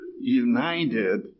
united